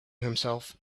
himself